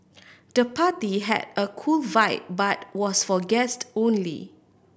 the party had a cool vibe but was for guest only